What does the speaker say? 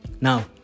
Now